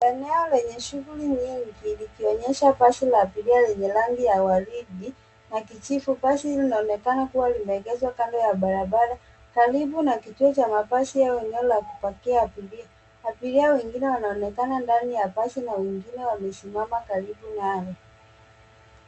Eneo lenye shughuli nyingi likionyesha basi la abiria lenye rangi ya waridi na kijivu. Basi linaonekana kuwa limeegezwa kando ya barabara karibu na kituo cha mabasi au eneo la kupakia abiria. Abiria wengine wanaonekana ndani ya basi na wengine wamesimama karibu nalo.